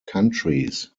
countries